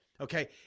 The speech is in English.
Okay